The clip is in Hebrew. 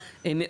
ובשום,